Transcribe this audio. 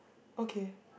okay